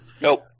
Nope